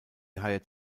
hired